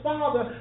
Father